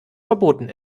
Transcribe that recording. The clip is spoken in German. verboten